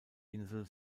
insel